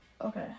okay